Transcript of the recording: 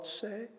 say